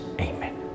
Amen